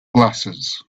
glasses